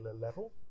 level